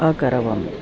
अकरवम्